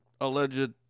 alleged